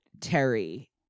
terry